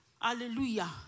Hallelujah